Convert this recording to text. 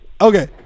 Okay